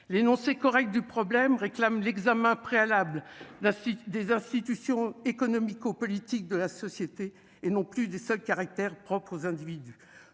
l'énoncé correct du problème réclame l'examens préalables la site des institutions économico-politique de la société et non plus des seuls caractères propres aux individus,